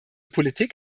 politik